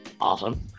Awesome